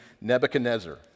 Nebuchadnezzar